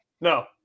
No